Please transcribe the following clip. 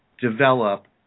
develop